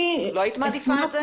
לא היית מעדיפה את זה?